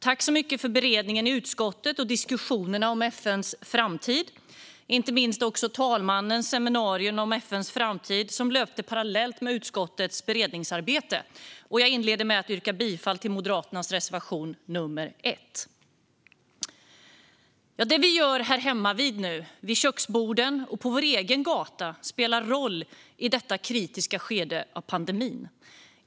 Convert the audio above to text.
Tack så mycket för beredningen i utskottet och diskussionerna om FN:s framtid samt, inte minst, för talmannens seminarium om FN:s framtid som hölls parallellt med utskottets beredningsarbete! Jag inleder med att yrka bifall till Moderaternas reservation nummer 1. Det vi gör hemmavid, vid köksborden och på vår egen gata, spelar roll i detta kritiska skede av pandemin.